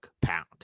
Pound